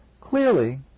Clearly